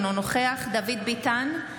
אינו נוכח דוד ביטן,